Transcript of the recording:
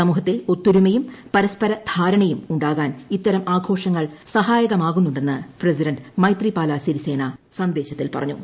സമൂഹത്തിൽ ഒത്തൊരുമയും പരസ്പര ധാരണയും ഉണ്ടാകാൻ ഇത്തരം ആഘോഷങ്ങൾ സഹായകമാകുന്നുണ്ടെന്ന് പ്രസിഡന്റ് മൈത്രിപാലാ സിരിസേന സന്ദേശത്തിൽ പറഞ്ഞു